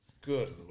Good